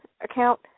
account